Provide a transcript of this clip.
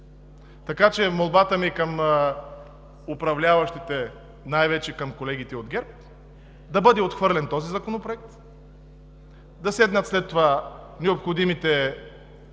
Така че молбата ми към управляващите, най-вече към колегите от ГЕРБ, е да бъде отхвърлен този законопроект. Да седнат след това необходимите